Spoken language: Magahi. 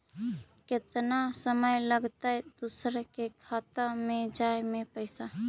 केतना समय लगतैय दुसर के खाता में जाय में पैसा?